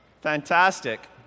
Fantastic